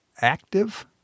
active